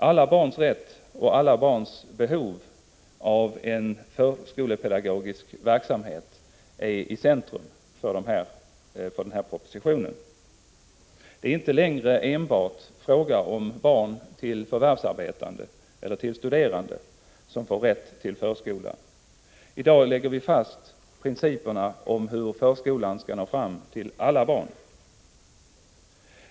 Alla barns rätt till och alla barns behov av en förskolepedagogisk verksamhet står i centrum för propositionen. Det är inte längre enbart fråga om barn till förvärvsarbetande eller barn till studerande som får rätt till förskola. I dag lägger vi fast principerna för hur förskolan skall nå fram till alla barn.